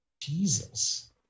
Jesus